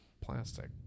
plastic